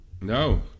No